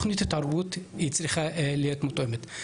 משנה לנושא בינה מלאכותית וטכנולוגיה מתקדמת בהרכב